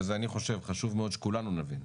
ואני חושב שחשוב מאוד שכולנו נבין,